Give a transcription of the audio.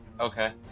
Okay